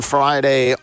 Friday